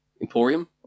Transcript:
Emporium